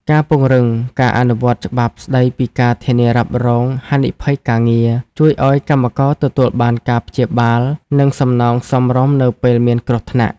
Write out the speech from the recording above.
ការពង្រឹងការអនុវត្តច្បាប់ស្ដីពីការធានារ៉ាប់រងហានិភ័យការងារ ជួយឱ្យកម្មករទទួលបានការព្យាបាល និងសំណងសមរម្យនៅពេលមានគ្រោះថ្នាក់។